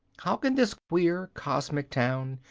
how can this queer cosmic town,